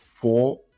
four